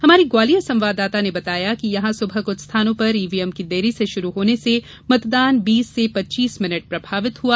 हमारे ग्वालियर संवाददाता ने बताया कि ग्वालियर में सुबह कुछ स्थानों पर ईवीएम के देरी से शुरू होने से मतदान बीस से पच्चीस मिनिट प्रभावित हुआ